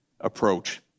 approach